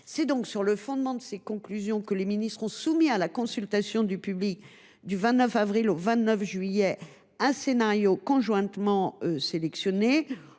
C’est sur le fondement de ces conclusions que les ministres ont soumis à la consultation du public, du 29 avril au 29 juillet, un scénario conjointement sélectionné,